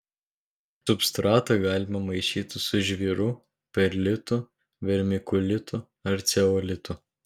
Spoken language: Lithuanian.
substratą galima maišyti su žvyru perlitu vermikulitu ar ceolitu